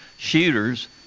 Shooters